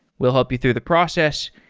we'll help you through the process,